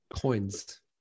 coins